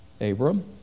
Abram